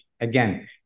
Again